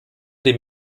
dem